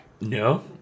no